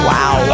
Wow